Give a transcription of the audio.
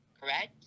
correct